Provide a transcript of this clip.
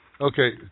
Okay